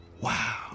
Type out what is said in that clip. Wow